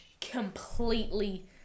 completely